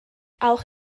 auch